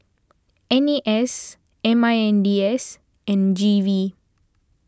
N A S M I N D S and G V